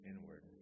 inward